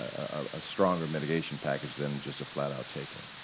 a stronger mitigation package than just a flat out taking.